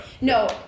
No